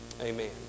amen